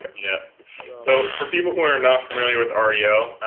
and yeah so for people who are not familiar with oreo,